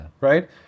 Right